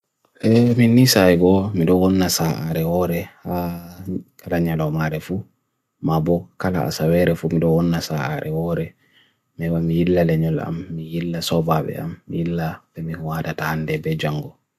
E mi nisa e go mido on nasa re ore, a ranya do maare fu, mabo kala asa vere fu mido on nasa re ore, mewa mi hila le nyola am, mi hila sobabe am, mi hila demi hoa data hande be jango.